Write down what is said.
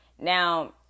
Now